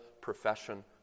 profession